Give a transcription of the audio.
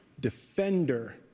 Defender